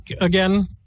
again